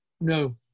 no